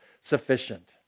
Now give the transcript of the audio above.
sufficient